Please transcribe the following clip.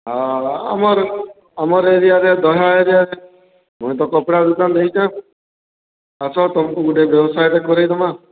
ହଁ ବା ଆମର୍ ଆମର୍ ଏରିଆରେ ଦହାଁ ଏରିଆରେ ମୁଇଁ ତ କପଡ଼ା ଦୁକାନ୍ ଦେଇଚେଁ ଆସ ତମ୍କୁ ଗୋଟେ ବ୍ୟବସାୟଟେ କରେଇଦମା